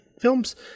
films